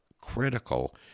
critical